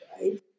right